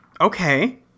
Okay